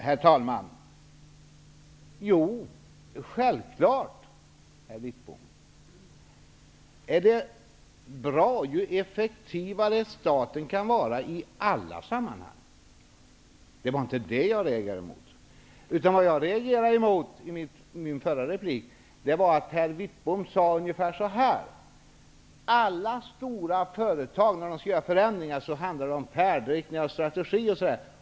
Herr talman! Självfallet är det bra om staten kan vara effektiv i alla sammanhang. Det var inte det jag reagerade emot. Vad jag reagerade mot i min förra replik var att herr Wittbom sade att när alla stora företag skall göra förändringar handlar det om ''färdriktning'', ''strategi'' osv.